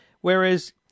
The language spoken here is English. Whereas